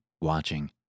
watching